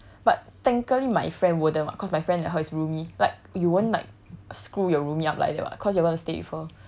but my friend wouldn't [what] cause my friend and her is roomie like you won't like screw your roomie up like that [what] cause you're gonna stay with her